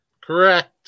Correct